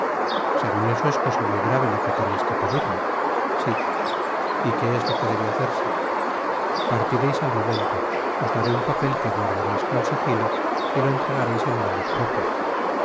segun eso es cosa muy grave lo que teneis que pedirme si y que es lo que debe hacerse partireis al momento os daré un papel que guardareis con sigilo y lo entregareis en manos propias